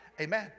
Amen